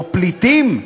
או פליטים,